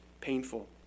painful